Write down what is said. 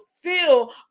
feel